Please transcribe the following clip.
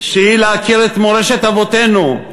שהיא להכיר את מורשת אבותינו,